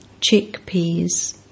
Chickpeas